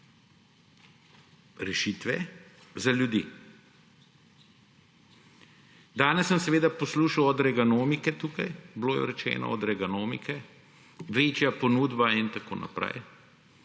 rešitve za ljudi. Danes sem seveda poslušal o reganomiki tukaj, bilo je rečeno, reganomika – večja ponudba in tako naprej.